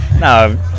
No